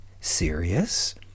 serious